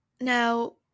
Now